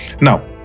now